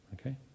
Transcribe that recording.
okay